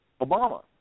Obama